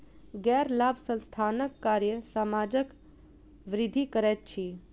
गैर लाभ संस्थानक कार्य समाजक वृद्धि करैत अछि